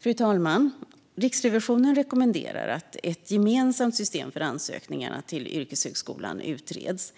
Fru talman! Riksrevisionen rekommenderar att ett gemensamt system för ansökningarna till yrkeshögskolan utreds.